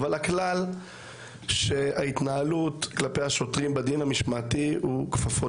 אבל הכלל שההתנהלות כלפי השוטרים בדין המשמעתי הוא כפפות